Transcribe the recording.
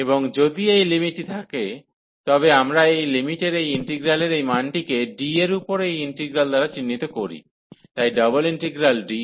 এবং যদি এই লিমিটটি থাকে তবে আমরা এই লিমিটের এই ইন্টিগ্রালের এই মানটিকে D এর উপর এই ইন্টিগ্রাল দ্বারা চিহ্নিত করি তাই ডাবল ইন্টিগ্রাল D